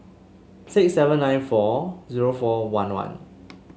six seven nine four zero four one one